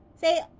say